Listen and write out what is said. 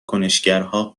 کنشگرها